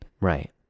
right